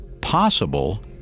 possible